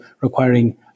requiring